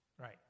Right